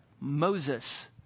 Moses